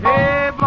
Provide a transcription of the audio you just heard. Hey